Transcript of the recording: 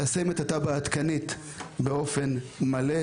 תפקידנו הוא גם ליישם את התב"ע העדכנית באופן מלא,